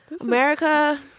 America